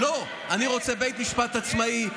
לא, אני רוצה בית משפט עצמאי.